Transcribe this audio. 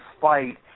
fight